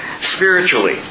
spiritually